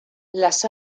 las